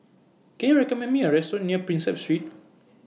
Can YOU recommend Me A Restaurant near Prinsep Street